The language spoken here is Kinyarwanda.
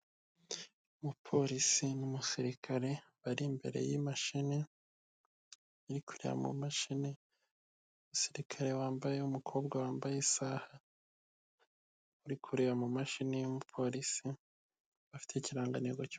Umupolisi n'umusirikare bari imbere y'imashini, iri kureba mu mumashini, umusirikare wambaye, umukobwa wambaye isaha uri kureba mu mashini y'umupolisi, bafite ikirangantego.